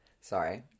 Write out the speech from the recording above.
Sorry